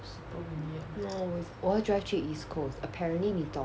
no 我会 drive 去 east coast apparently 你懂